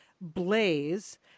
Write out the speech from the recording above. Blaze